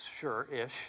Sure-ish